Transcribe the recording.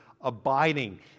abiding